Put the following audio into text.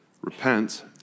Repent